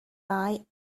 buy